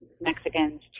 Mexicans